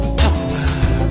power